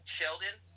Sheldon